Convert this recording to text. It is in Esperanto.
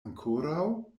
ankoraŭ